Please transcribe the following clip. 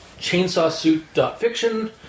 chainsawsuit.fiction